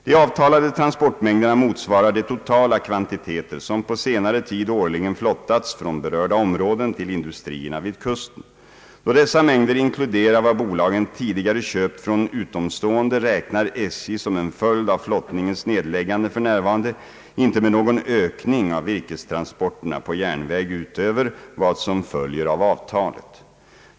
De avtalade transportmängderna motsvarar de totala kvantiteter som på senare tid årligen flottats från berörda områden till industrierna vid kusten. Då dessa mängder inkluderar vad bolagen tidigare köpt från utomstående, räknar SJ som en följd av flottningens nedläggande f.n. inte med någon ökning av virkestransporterna på järnväg utöver vad som följer av avtalet.